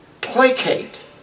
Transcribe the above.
placate